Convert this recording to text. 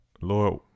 Lord